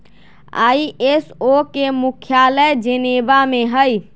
ISO के मुख्यालय Geneva में हइ